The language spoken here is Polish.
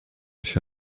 się